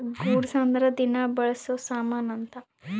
goods ಅಂದ್ರ ದಿನ ಬಳ್ಸೊ ಸಾಮನ್ ಅಂತ